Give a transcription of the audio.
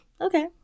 Okay